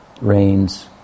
Rains